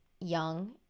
young